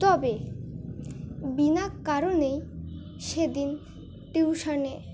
তবে বিনা কারণেই সেদিন টিউশনে